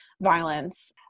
violence